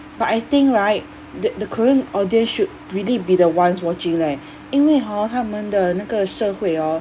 but I think right that the korean audience should really be the ones watching leh 因为 hor 他们的那个社会 hor